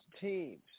teams